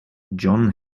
john